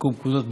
34),